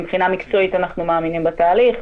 מבחינה מקצועית אנחנו מאמינים בתהליך,